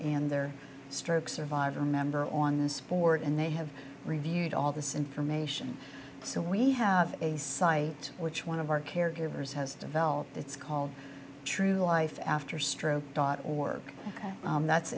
in their stroke survivor member on this board and they have reviewed all this information so we have a site which one of our caregivers has developed that's called true life after stroke dot org that's